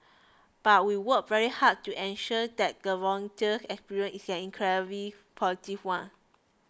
but we work very hard to ensure that the volunteer experience is an incredibly positive one